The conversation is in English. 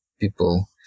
people